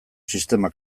sistema